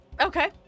Okay